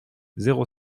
zéro